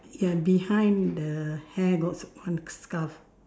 ya behind the hair got one scarf